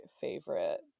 favorite